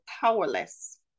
powerless